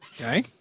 okay